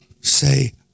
say